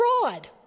fraud